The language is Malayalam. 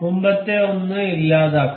മുമ്പത്തെ ഒന്ന് ഇല്ലാതാക്കാം